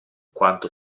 quanto